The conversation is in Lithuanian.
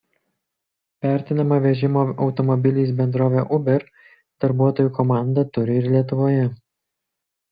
vertinama vežimo automobiliais bendrovė uber darbuotojų komandą turi ir lietuvoje